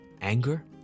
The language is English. Anger